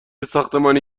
ساختمانی